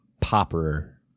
popper